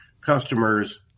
customers